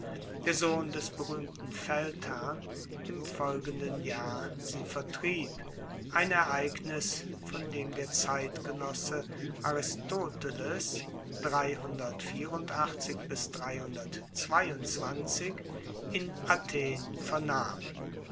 der sohn des beruehmten feldherrn im folgenden jahr sie vertrieb ein ereignis von dem der zeitgenosse aristoteles in athen vernahm